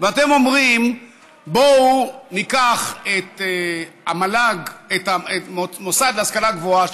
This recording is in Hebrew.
ואתם אומרים: בואו ניקח את המוסד להשכלה גבוהה,